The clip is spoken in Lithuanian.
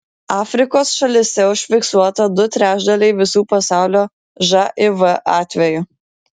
afrikos šalyse užfiksuota du trečdaliai visų pasaulio živ atvejų